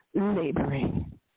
laboring